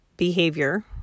Behavior